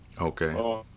Okay